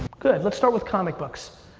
good, let's start with comic books.